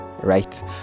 right